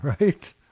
right